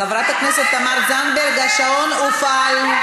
חברת הכנסת תמר זנדברג, השעון הופעל.